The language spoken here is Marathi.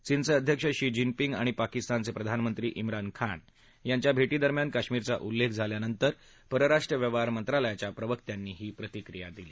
चीनचे अध्यक्ष शी जिनपिंग आणि पाकिस्तानचे प्रधानमंत्री इमरान खान यांच्या भेशिरम्यान कश्मीरचा उल्लेख झाल्यानंतर परराष्ट्र व्यवहार मंत्रालयाच्या प्रवक्त्यांनी ही प्रतिक्रिया दिली